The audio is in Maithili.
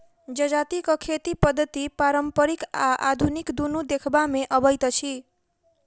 जजातिक खेती पद्धति पारंपरिक आ आधुनिक दुनू देखबा मे अबैत अछि